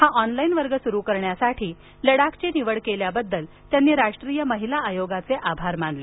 हा ऑनलाइन वर्ग सुरू करण्यासाठी लडाखची निवड केल्याबद्दल त्यांनी राष्ट्रीय महिला आयोगाचे आभार मानले